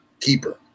keeper